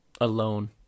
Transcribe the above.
alone